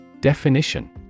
Definition